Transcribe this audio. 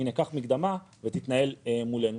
הינה קח מקדמה ותתנהל מולנו.